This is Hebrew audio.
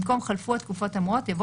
במקום "חלפו התקופות האמורות" יבוא